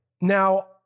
Now